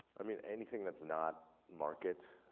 i mean, anything that's not market,